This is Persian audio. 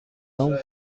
آدم